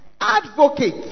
advocate